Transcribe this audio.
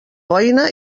boina